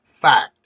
fact